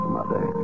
Mother